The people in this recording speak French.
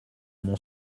mon